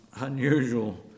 unusual